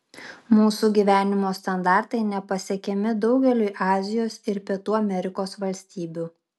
mūsų gyvenimo standartai nepasiekiami daugeliui azijos ir pietų amerikos valstybių